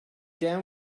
down